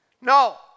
No